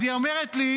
אז היא אומרת לי,